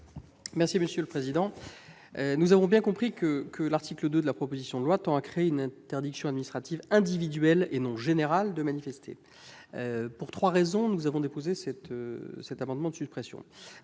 présenter l'amendement n° 3. Nous avons bien compris que l'article 2 de la proposition de loi tend à créer une interdiction administrative individuelle, et non générale, de manifester. Trois raisons ont motivé le dépôt de cet amendement de suppression.